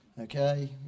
Okay